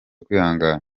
kwihangana